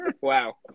Wow